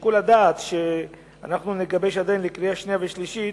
שיקול הדעת שנגבש לקריאה השנייה והשלישית,